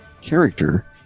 character